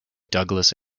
douglas